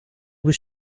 was